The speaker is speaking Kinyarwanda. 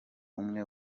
umwe